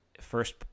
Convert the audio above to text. First